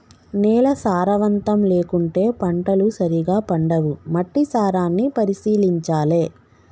నేల సారవంతం లేకుంటే పంటలు సరిగా పండవు, మట్టి సారాన్ని పరిశీలించాలె